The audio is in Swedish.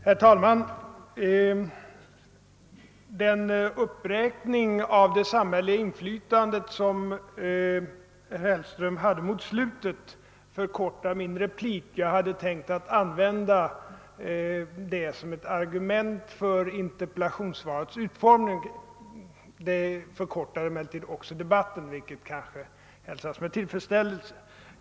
Herr talman! Den uppräkning av det samhälleliga inflytande som herr Hellström gjorde mot slutet av sitt anförande förkortar min replik. Jag hade tänkt att använda detta som ett argu ment för interpellationssvarets utformning. Det förkortar kanske också debatten, vilket hälsas med tillfredsställelse.